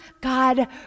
God